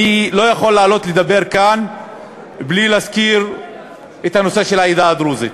אני לא יכול לעלות לדבר כאן בלי להזכיר את הנושא של העדה הדרוזית.